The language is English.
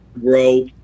grow